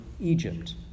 Egypt